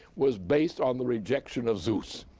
was based on the rejection of zeus!